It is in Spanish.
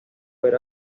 ver